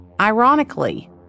Ironically